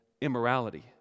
immorality